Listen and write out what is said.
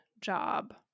job